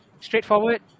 Straightforward